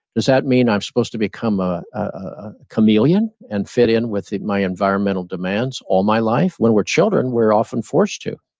does that mean i'm supposed to become a ah chameleon and fit in with my environmental demands all my life? when we're children, we're often forced to,